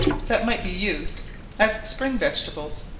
that might be used as spring vegetables.